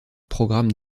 programmes